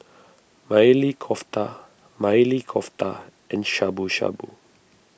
Maili Kofta Maili Kofta and Shabu Shabu